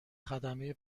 خدمه